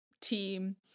team